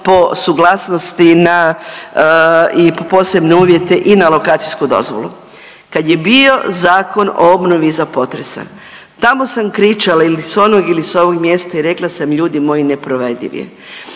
po suglasnosti i posebne uvjete i na lokacijsku dozvolu. Kada je bio Zakon o obnovi iza potresa, tamo sam kričala ili sa onog ili sa ovog mjesta i rekla sam ljudi moji neprovediv je